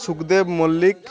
Sukhdev Mallick